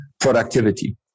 productivity